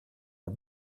her